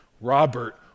Robert